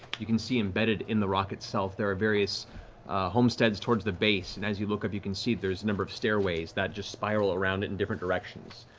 you can see embedded in the rock itself, there are various homesteads toward the base. and as you look up, you can see there's a number of stairways that just spiral around in different directions.